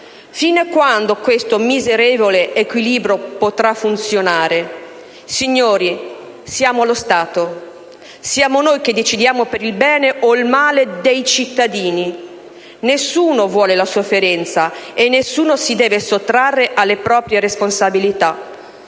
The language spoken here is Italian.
Fino a quando questo miserevole equilibrio potrà funzionare? Signori, siamo lo Stato, siamo noi che decidiamo per il bene o il male dei cittadini. Nessuno vuole la sofferenza e nessuno si deve sottrarre alle proprie responsabilità: